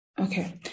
Okay